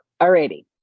Alrighty